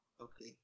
Okay